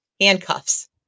handcuffs